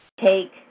take